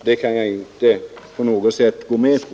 Det kan jag inte på något sätt gå med på.